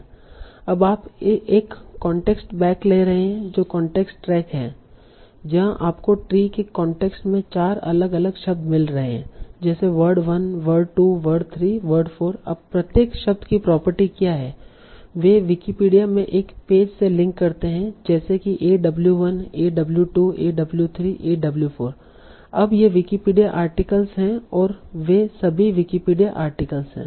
अब आप एक कांटेक्स्ट बेक ले रहे हैं जो कांटेक्स्ट ट्रैक है जहां आपको ट्री के कांटेक्स्ट में चार अलग अलग शब्द मिल रहे हैं जेसे वर्ड 1 वर्ड 2 वर्ड 3 वर्ड4 अब प्रत्येक शब्द की प्रॉपर्टी क्या है वे विकिपीडिया में एक पेज से लिंक करते हैं जैसे कि a w 1 a w 2 a w 3 a w 4 अब ये विकिपीडिया आर्टिकलस हैं और वे भी विकिपीडिया आर्टिकलस हैं